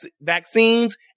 vaccines